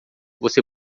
você